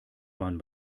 man